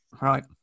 right